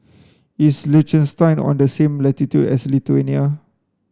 is Liechtenstein on the same latitude as Lithuania